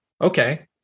okay